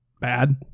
bad